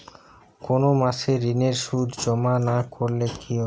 কোনো মাসে ঋণের সুদ জমা না করলে কি হবে?